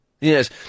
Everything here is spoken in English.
Yes